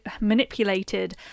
manipulated